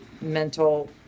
mental